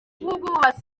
w’ubwubatsi